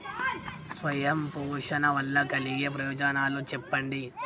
స్వయం పోషణ వల్ల కలిగే ప్రయోజనాలు చెప్పండి?